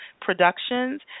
Productions